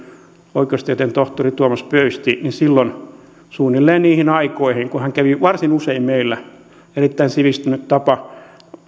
oikeustieteen tohtori tuomas pöysti suunnilleen niihin aikoihin kun hän kävi varsin usein meillä erittäin sivistynyt tapa